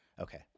Okay